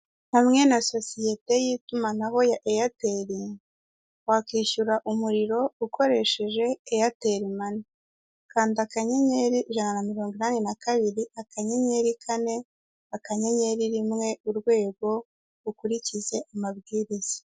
Hamwe na sosiyete y'itumanaho ya Airtel wakwishyura umuriro ukoresheje Airtel money, kanda anyenyeri ijana na mironginani na kabiri, akanyenyeri kane, akanyenyeri rimwe, urwego, ukurikiza amabwiriza.